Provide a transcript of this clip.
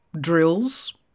drills